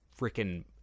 freaking